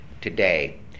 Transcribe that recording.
today